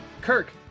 Kirk